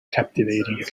captivating